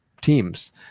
teams